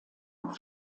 noch